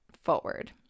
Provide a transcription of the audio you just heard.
forward